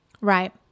Right